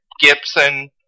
Gibson